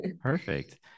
perfect